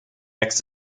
next